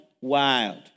wild